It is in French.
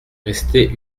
resté